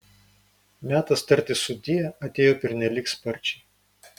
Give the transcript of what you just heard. metas tarti sudie atėjo pernelyg sparčiai